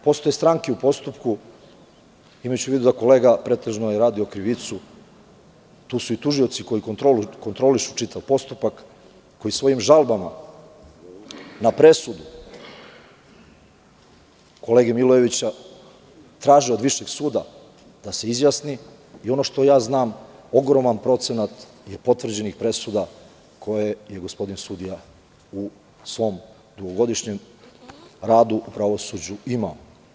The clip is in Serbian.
Postoje stranke u postupku, imajući u vidu da je kolega pretežno radio krivicu, tu su i tužioci koji kontrolišu čitav postupak, koji svojim žalbama na presudu kolege Milojevića, traže od Višeg suda da se izjasni i ono što znam jeste da je ogroman procenat potvrđenih presuda koje je gospodin sudija u svom dugogodišnjem radu u pravosuđu imao.